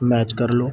match ਕਰ ਲਓ